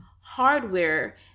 hardware